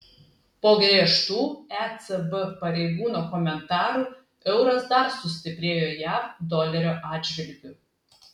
po griežtų ecb pareigūno komentarų euras dar sustiprėjo jav dolerio atžvilgiu